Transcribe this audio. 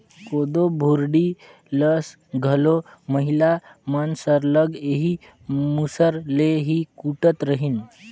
कोदो भुरडी ल घलो महिला मन सरलग एही मूसर ले ही कूटत रहिन